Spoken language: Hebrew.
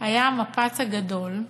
היה המפץ הגדול?